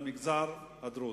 למגזר הדרוזי,